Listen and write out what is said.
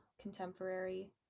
contemporary